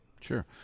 Sure